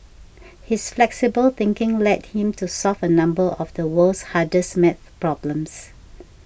his flexible thinking led him to solve a number of the world's hardest math problems